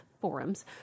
forums